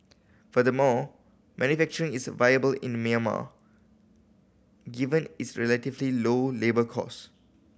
furthermore manufacturing is viable in Myanmar given its relatively low labour cost